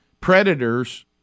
predators